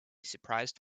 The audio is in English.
surprised